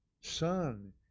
Son